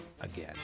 again